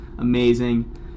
amazing